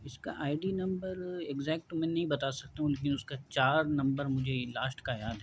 اس کا I D number exact میں نہیں بتا سکتا ہوں لیکن اس کا چار نمبر مجھے لاسٹ کا یاد ہے